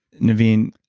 naveen,